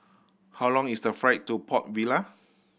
how long is the flight to Port Vila